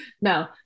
no